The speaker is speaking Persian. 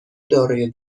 دارای